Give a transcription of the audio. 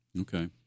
Okay